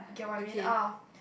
get what I mean ah